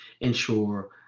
ensure